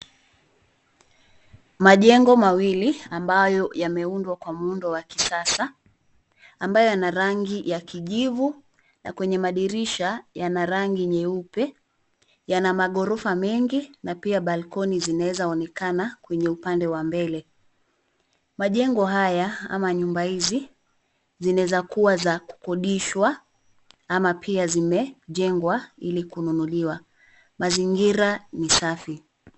Majengo mawili ambayo yameundwa kwa muundo wa kisasa ambayo ya rangi ya kijivu na kwenye madirisha yana rangi nyeupe. Yana maghorofa mengi na pia balkoni zinaeza onekana kwenye upande wa mbele. Majengo haya ama nyumba hizi zinaezakuwa za kukodishwa ama pia zimejengwa ili kununuliwa. Mazingira ni safi.